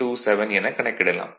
927 எனக் கணக்கிடலாம்